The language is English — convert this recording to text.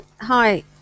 hi